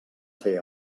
fer